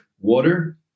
water